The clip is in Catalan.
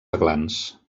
aglans